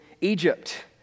Egypt